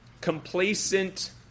complacent